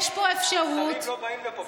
יש פה אפשרות, השרים לא באים לפה בכלל.